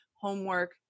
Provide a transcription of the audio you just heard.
homework